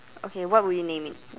okay what would you name it